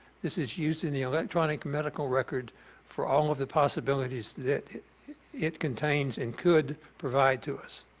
this is used in the electronic medical record for all of the possibilities that it it contains and could provide to us.